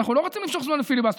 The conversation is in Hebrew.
אנחנו לא רוצים למשוך זמן בפיליבסטר,